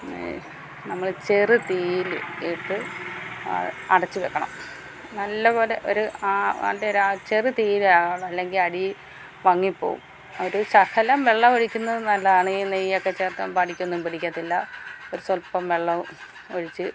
നമ്മൾ ചെറു തീയില് ഇട്ടിട്ട് അടച്ച് വെക്കണം നല്ലപോലെ ഒരു ആ നല്ലൊരാ ചെറു തീയിലെ ആകാവുള്ളു അല്ലെങ്കില് അടിയി വങ്ങിപ്പോവും ഒരു ശകലം വെള്ളവൊഴിക്കുന്നത് നല്ലതാണ് ഈ നെയ്യക്കെ ചേര്ത്തോമ്പം അടിക്കൊന്നും പിടിക്കത്തില്ല ഒരു സൊല്പ്പം വെള്ളം ഒഴിച്ച്